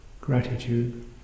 gratitude